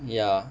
ya